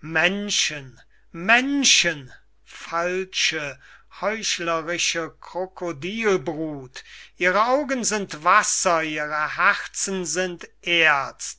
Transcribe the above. menschen menschen falsche heuchlerische krokodilbrut ihre augen sind wasser ihre herzen sind erz